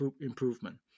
improvement